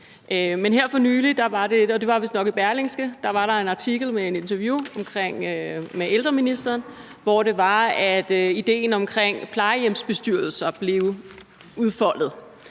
det var vistnok i Berlingske, med et interview med ældreministeren, hvor idéen med plejehjemsbestyrelser blev udfoldet.